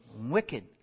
wicked